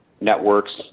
networks